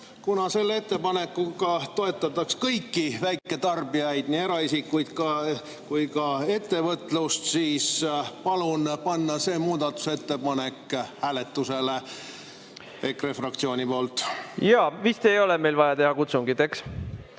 Kuna selle ettepanekuga toetataks kõiki väiketarbijaid, nii eraisikuid kui ka ettevõtlust, siis palun panna see muudatusettepanek hääletusele EKRE fraktsiooni poolt. Vist ei ole meil vaja teha kutsungit, eks?